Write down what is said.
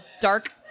dark